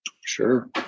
Sure